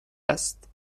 است